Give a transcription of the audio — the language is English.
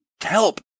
help